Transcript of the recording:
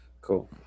cool